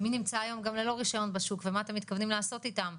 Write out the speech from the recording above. מי נמצא היום גם ללא רישיון בשוק ומה אתם מתכוונים לעשות איתם.